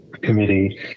Committee